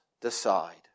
decide